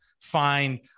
find